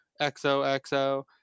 XOXO